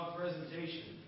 presentation